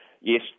yes